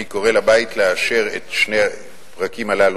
אני קורא לבית לאשר את שני הפרקים הללו